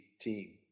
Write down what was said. team